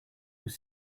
were